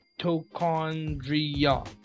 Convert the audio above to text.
mitochondria